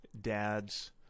dads